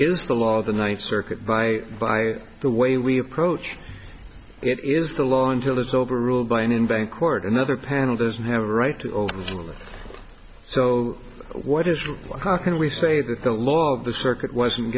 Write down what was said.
is the law the ninth circuit by the way we approach it is the law until it's over ruled by an invariant court another panel doesn't have a right so what is how can we say that the law of the circuit wasn't